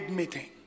meeting